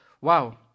wow